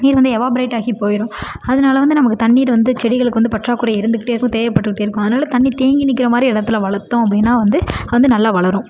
நீர் வந்து எவாப்ரேட் ஆகி போயிடும் அதனால வந்து நமக்கு தண்ணீர் வந்து செடிகளுக்கு வந்து பற்றாக்குறை இருந்துக்கிட்டே இருக்கும் தேவைப்பட்டுக்கிட்டே இருக்கும் அதனால தண்ணி தேங்கி நிற்கிற மாதிரி இடத்துல வளர்த்தோம் அப்படின்னா வந்து அது வந்து நல்லா வளரும்